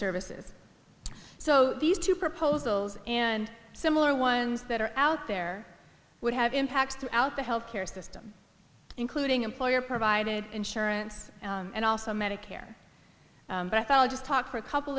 services so these two proposals and similar ones that are out there would have impacts throughout the health care system including employer provided insurance and also medicare but i'll just talk for a couple